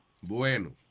Bueno